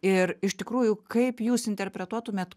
ir iš tikrųjų kaip jūs interpretuotumėt